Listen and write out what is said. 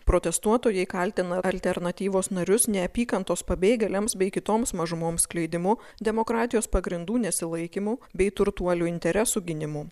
protestuotojai kaltina alternatyvos narius neapykantos pabėgėliams bei kitoms mažumoms skleidimu demokratijos pagrindų nesilaikymo bei turtuolių interesų gynimu